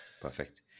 Perfect